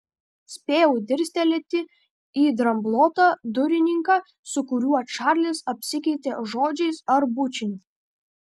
spėjau dirstelėti į dramblotą durininką su kuriuo čarlis apsikeitė žodžiais ar bučiniu